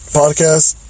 podcast